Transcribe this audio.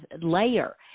layer